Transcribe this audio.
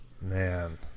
Man